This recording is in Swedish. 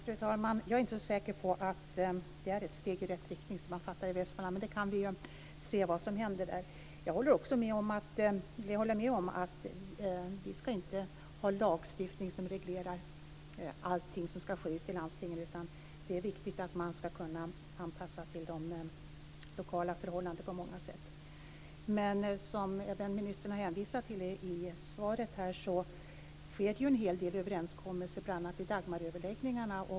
Fru talman! Jag är inte så säker på att det är ett steg i rätt riktning som man tar i Västmanland, men vi kan se vad som händer där. Jag håller med om att vi inte skall ha en lagstiftning som reglerar allting som sker ute i landstingen. Det är viktigt att man kan anpassa sig till de lokala förhållandena på många sätt. Som ministern hänvisar till i svaret sker det en hel del överenskommelser, bl.a. i Dagmaröverläggningarna.